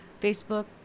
facebook